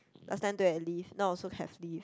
last time don't have lift now also have lift